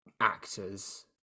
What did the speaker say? actors